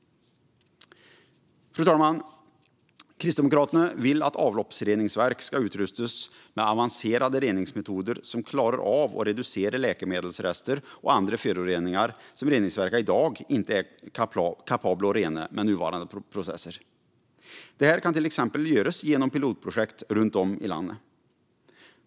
Fru talman! Kristdemokraterna vill att avloppsreningsverk ska utrustas med avancerade reningsmetoder som klarar av att reducera läkemedelsrester och andra föroreningar som reningsverken i dag inte är kapabla att rena med nuvarande processer. Detta kan exempelvis göras genom pilotprojekt runt om i landet.